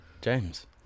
James